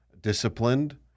disciplined